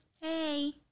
Hey